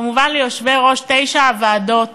כמובן ליושבי-ראש תשע הוועדות